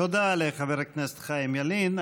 תודה לחבר הכנסת חיים ילין.